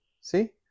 See